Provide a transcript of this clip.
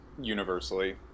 Universally